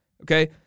Okay